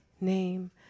name